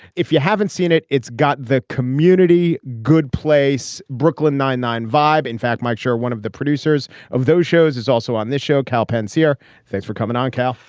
if you haven't seen it, it's got the community. good place. brooklyn nine-nine vibe. in fact, make sure one of the producers of those shows is also on this show. kal penn here. thanks for coming on, carl.